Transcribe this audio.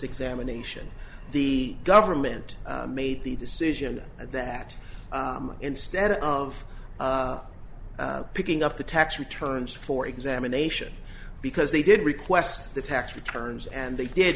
examination the government made the decision that instead of picking up the tax returns for examination because they did request the tax returns and they did